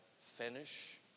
finish